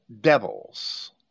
devils